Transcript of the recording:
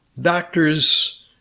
doctors